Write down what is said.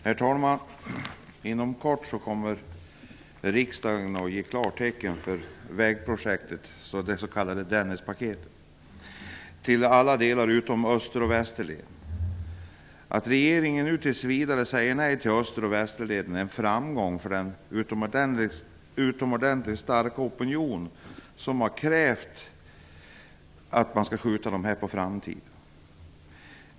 Herr talman! Inom kort kommer riksdagen att ge klartecken för det s.k. Dennispaketet till alla delar utom öster och västerleden. Att regeringen nu tills vidare säger nej till öster och västerleden är en framgång för den utomordentligt starka opinion som har krävt att man skall skjuta dem på framtiden.